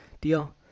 deal